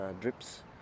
drips